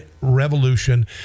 revolution